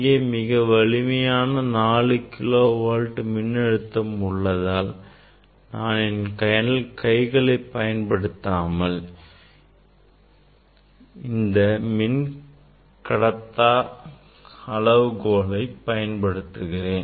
இங்கே மிக வலிமையான 4 கிலோ வோல்ட் மின்னழுத்தம் உள்ளதால் நான் என் கைகளை பயன்படுத்தாமல் இந்த மின் கடத்தா அளவுகோலை பயன்படுத்துகிறேன்